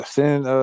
Send